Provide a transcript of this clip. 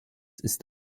ist